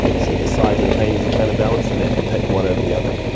so the sides of the paintings are counterbalanced and they have to pick one over the other.